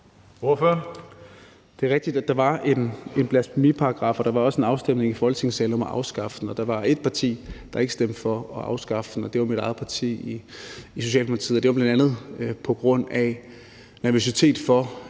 Det er rigtigt, at der var en blasfemiparagraf, og der var også en afstemning i Folketingssalen om at afskaffe den. Der var ét parti, der ikke stemte for at afskaffe den, og det var mit eget parti, Socialdemokratiet. Det var bl.a. på grund af nervøsitet over,